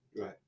Right